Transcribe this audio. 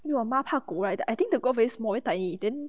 因为我妈怕狗 right I think the dog very small very tiny then